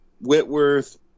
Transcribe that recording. Whitworth